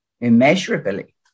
immeasurably